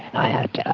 i had yeah